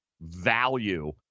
value